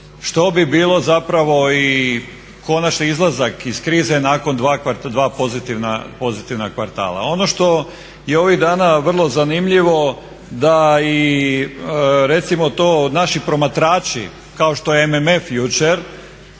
što bi bilo zapravo i konačni izlazak iz krize nakon 2 pozitivna kvartala. Ono što je ovih dana vrlo zanimljivo da i recimo to naši promatrači kao što je MMF jučer